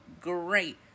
great